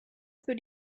für